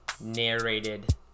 narrated